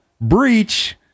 breach